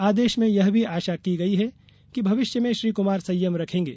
आदेश में यह भी आशा की गई है कि भविष्य में श्री कुमार संयम रखेंगे